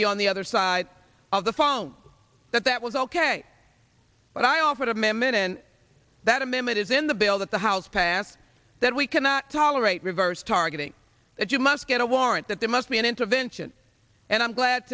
be on the other side of the phone that that was ok but i offered him a minute and that amendment is in the bill that the house passed that we cannot tolerate reverse targeting that you must get a warrant that there must be an intervention and i'm glad